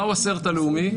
מהו ה-Cert הלאומי?